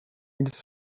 its